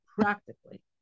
practically